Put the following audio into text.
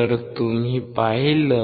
जर तुम्ही पाहिले